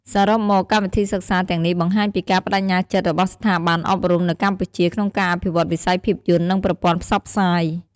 សរុបមក កម្មវិធីសិក្សាទាំងនេះបង្ហាញពីការប្តេជ្ញាចិត្តរបស់ស្ថាប័នអប់រំនៅកម្ពុជាក្នុងការអភិវឌ្ឍវិស័យភាពយន្ត និងប្រព័ន្ធផ្សព្វផ្សាយ។